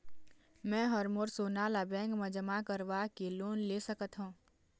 मैं हर मोर सोना ला बैंक म जमा करवाके लोन ले सकत हो?